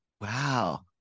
Wow